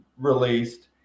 released